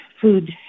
food